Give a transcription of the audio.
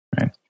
Right